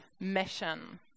mission